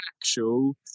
actual